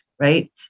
right